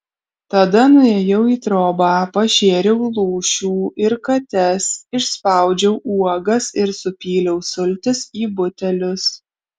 tada nuėjau į trobą pašėriau lūšių ir kates išspaudžiau uogas ir supyliau sultis į butelius